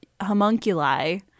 homunculi